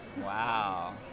Wow